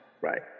Right